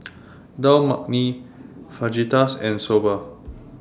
Dal Makhani Fajitas and Soba